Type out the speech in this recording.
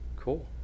cool